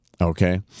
okay